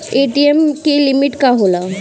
ATM की limit का होला?